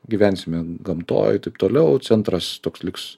gyvensime gamtoje taip toliau centras toks liks